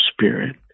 spirit